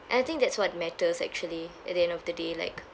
and I think that's what matters actually at the end of the day like